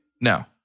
No